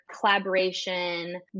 collaboration